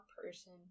person